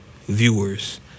viewers